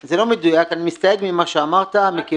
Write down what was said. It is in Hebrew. מדויק, אני מסתייג ממה שאמרת.